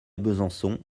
besançon